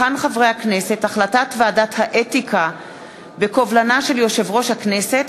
החלטת ועדת האתיקה בקובלנה של יושב-ראש הכנסת,